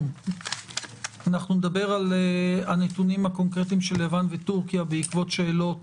אנחנו נדבר על הנתונים הקונקרטיים של יוון וטורקיה בעקבות שאלות